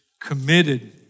committed